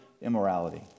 immorality